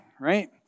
right